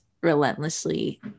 relentlessly